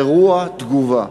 אירוע, תגובה.